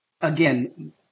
again